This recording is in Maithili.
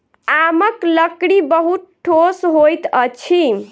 आमक लकड़ी बहुत ठोस होइत अछि